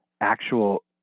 actual